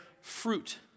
fruit